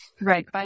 Right